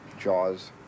Jaws